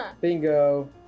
Bingo